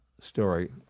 story